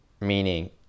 meaning